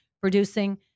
producing